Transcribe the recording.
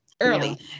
early